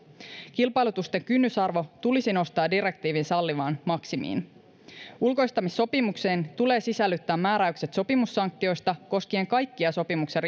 kilpailutusten kynnysarvo tulisi nostaa direktiivin sallimaan maksimiin ulkoistamissopimuksiin tulee sisällyttää määräykset sopimussanktioista koskien kaikkia sopimuksen